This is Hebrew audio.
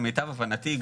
למיטב הבנתי,